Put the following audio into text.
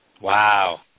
Wow